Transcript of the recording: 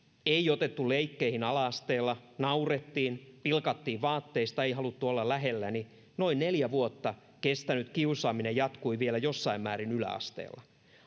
ei otettu leikkeihin ala asteella naurettiin pilkattiin vaatteista ei haluttu olla lähelläni noin neljä vuotta kestänyt kiusaaminen jatkui vielä jossain määrin yläasteella